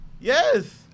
yes